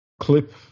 clip